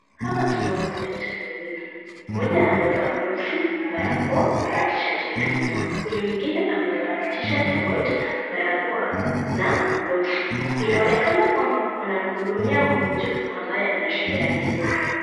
Hapa tunaona madaktari wawili mmoja amevaa glovsi, barakoa na shati ya green .Huyu mwingine amevaa t-shirt ya white na barakoa na glovsi, inaonekana kwamba wanamhudumia mgonjwa ambaye ana shida ya meno.